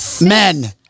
men